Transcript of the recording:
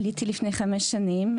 היא הלכה לעשות כביסה במתנ"ס,